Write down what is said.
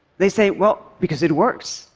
they say, well, because it works.